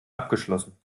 abgeschlossen